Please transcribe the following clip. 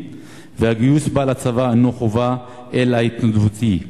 והגיוס בה לצבא אינו חובה אלא התנדבותי.